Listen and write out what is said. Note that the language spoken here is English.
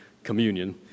Communion